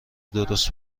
درست